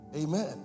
Amen